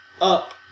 up